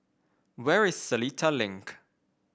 where is Seletar Link